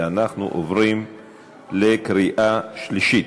ואנחנו עוברים לקריאה שלישית.